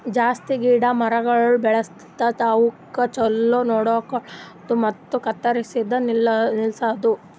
ಜಾಸ್ತಿ ಗಿಡ ಮರಗೊಳ್ ಬೆಳಸದ್, ಅವುಕ್ ಛಲೋ ನೋಡ್ಕೊಳದು ಮತ್ತ ಕತ್ತುರ್ಸದ್ ನಿಲ್ಸದು